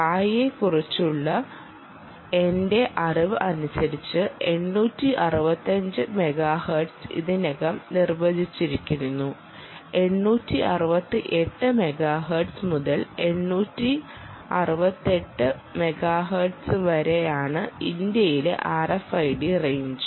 TRAI യെക്കുറിച്ചുള്ള എന്റെ അറിവ് അനുസരിച്ച് 865 മെഗാഹെർട്സ് ഇതിനകം നിർവചിച്ചിരിക്കുന്നു 868 മെഗാഹെർട്സ് മുതൽ 868 മെഗാഹെർട്സ് വരെയാണ് ഇന്ത്യയിലെ RFID റേഞ്ച്